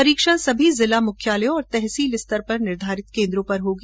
परीक्षा सभी जिला मुख्यालय एवं तहसील स्तर पर निर्धारित केन्द्रों पर होगी